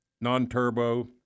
non-turbo